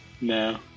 No